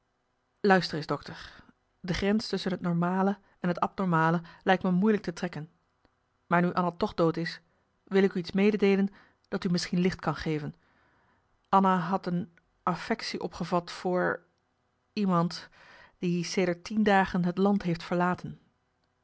luister eens dokter de grens tusschen het normale en het abnormale lijkt me moeilijk te trekken maar nu anna toch dood is wil ik u iets mededeelen dat u misschien licht kan geven anna had een affectie opgevat voor iemand die sedert tien dagen het land heeft verlaten